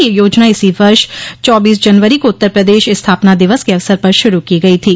यह योजना इसी वर्ष चौबीस जनवरी को उत्तर प्रदेश स्थापना दिवस के अवसर पर शुरू की गई थी